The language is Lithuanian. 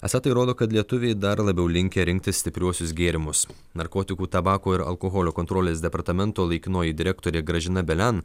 esą tai rodo kad lietuviai dar labiau linkę rinktis stipriuosius gėrimus narkotikų tabako ir alkoholio kontrolės departamento laikinoji direktorė gražina belen